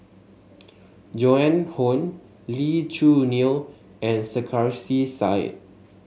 Joan Hon Lee Choo Neo and Sarkasi Said